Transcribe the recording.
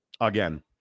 again